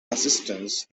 assistance